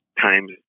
times